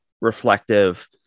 reflective